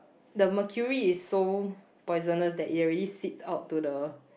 the mercury is so poisonous that it already seep out to the